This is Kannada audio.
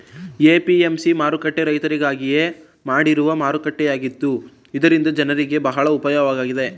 ಎ.ಪಿ.ಎಂ.ಸಿ ಮಾರುಕಟ್ಟೆ ರೈತರಿಗಾಗಿಯೇ ಮಾಡಿರುವ ಮಾರುಕಟ್ಟೆಯಾಗಿತ್ತು ಇದರಿಂದ ಜನರಿಗೆ ಬಹಳ ಉಪಕಾರವಾಗಿದೆ